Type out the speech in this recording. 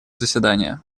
заседания